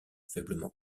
faiblement